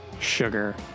Sugar